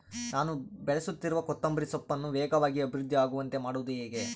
ನಾನು ಬೆಳೆಸುತ್ತಿರುವ ಕೊತ್ತಂಬರಿ ಸೊಪ್ಪನ್ನು ವೇಗವಾಗಿ ಅಭಿವೃದ್ಧಿ ಆಗುವಂತೆ ಮಾಡುವುದು ಹೇಗೆ?